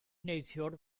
neithiwr